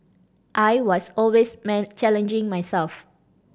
I was always challenging myself